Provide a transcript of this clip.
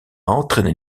entraîné